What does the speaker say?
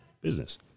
business